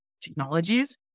technologies